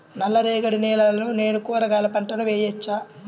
నల్ల రేగడి నేలలో నేను కూరగాయల పంటను వేయచ్చా?